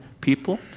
people